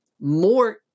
more